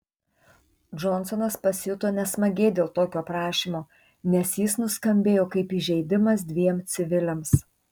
džonsonas pasijuto nesmagiai dėl tokio prašymo nes jis nuskambėjo kaip įžeidimas dviem civiliams